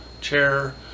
chair